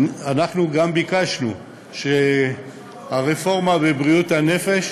אנחנו גם ביקשנו שהרפורמה בבריאות הנפש